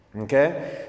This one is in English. Okay